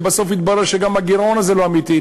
שבסוף התברר שגם הגירעון הזה לא אמיתי,